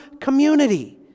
community